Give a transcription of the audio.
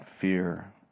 fear